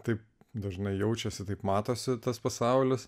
taip dažnai jaučiasi taip matosi tas pasaulis